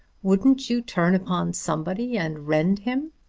wouldn't you turn upon somebody and rend him?